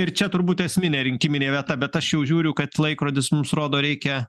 ir čia turbūt esminė rinkiminė vieta bet aš jau žiūriu kad laikrodis mums rodo reikia